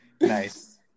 Nice